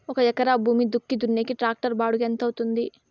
ఒక ఎకరా భూమి దుక్కి దున్నేకి టాక్టర్ బాడుగ ఎంత అవుతుంది?